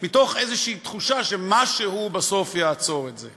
מתוך איזושהי תחושה שמשהו בסוף יעצור את זה.